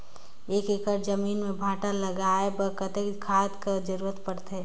एक एकड़ जमीन म भांटा लगाय बर कतेक खाद कर जरूरत पड़थे?